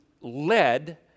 led